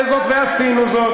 אמרנו שנעשה זאת, ועשינו זאת.